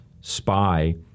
spy